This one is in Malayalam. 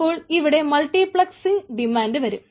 അപ്പോൾ ഇവിടെ മൾട്ടിപ്ലക്സ്സിംഗ് ഡിമാൻഡ് വരും